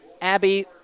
Abby